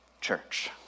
church